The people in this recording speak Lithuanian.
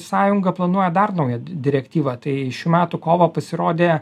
sąjunga planuoja dar naują d direktyvą tai šių metų kovą pasirodė